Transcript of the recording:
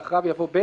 ואחריו יבוא: "(ב)